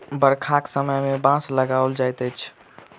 बरखाक समय मे बाँस लगाओल जाइत अछि